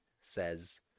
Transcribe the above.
says